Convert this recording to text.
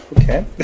Okay